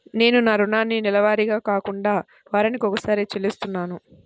నేను నా రుణాన్ని నెలవారీగా కాకుండా వారానికోసారి చెల్లిస్తున్నాను